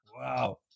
Wow